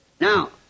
Now